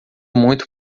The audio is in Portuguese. muito